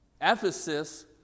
Ephesus